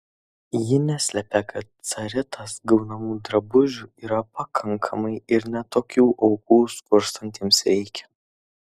ji neslepia kad caritas gaunamų drabužių yra pakankamai ir ne tokių aukų skurstantiesiems reikia